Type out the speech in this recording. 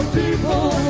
people